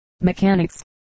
mechanics